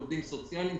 עובדים סוציאליים,